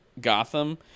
gotham